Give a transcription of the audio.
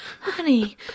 honey